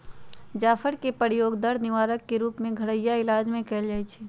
जाफर कें के प्रयोग दर्द निवारक के रूप में घरइया इलाज में कएल जाइ छइ